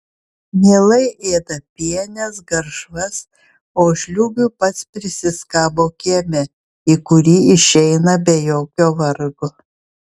mielai ėda pienes garšvas o žliūgių pats prisiskabo kieme į kurį išeina be jokio vargo